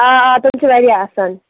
آ آ تِم چھِ واریاہ آسان